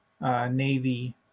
Navy